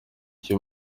cyo